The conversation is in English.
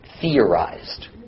theorized